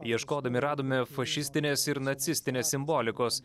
ieškodami radome fašistinės ir nacistinės simbolikos